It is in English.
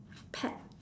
pet